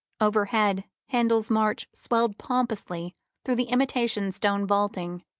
overhead, handel's march swelled pompously through the imitation stone vaulting,